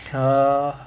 err